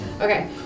Okay